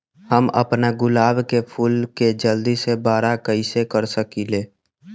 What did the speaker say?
हम अपना गुलाब के फूल के जल्दी से बारा कईसे कर सकिंले?